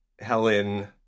Helen